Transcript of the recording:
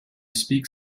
speak